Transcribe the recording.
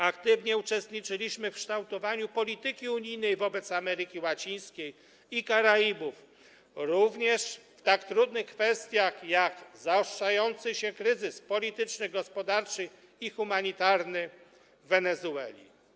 Aktywnie uczestniczyliśmy w kształtowaniu polityki unijnej wobec Ameryki Łacińskiej i Karaibów, również w tak trudnych kwestiach, jak zaostrzający się kryzys polityczny, gospodarczy i humanitarny w Wenezueli.